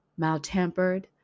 maltempered